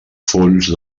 fons